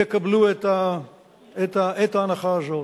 יקבלו את ההנחה הזאת.